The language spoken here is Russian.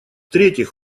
третьих